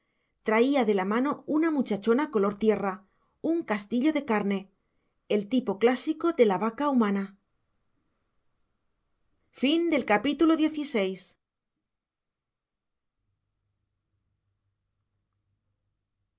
traía de la mano una muchachona color de tierra un castillo de carne el tipo clásico de la vaca humana